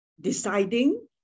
deciding